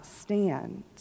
stand